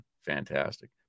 Fantastic